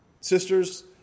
sisters